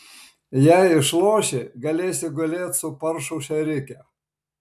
jei išloši galėsi gulėt su paršų šėrike